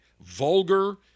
vulgar